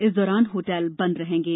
इस दौरान होटल बंद रहेंगे